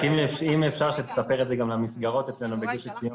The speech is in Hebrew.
רק אם אפשר שתספר את זה גם למסגרות אצלנו בגוש עציון,